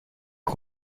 les